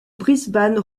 brisbane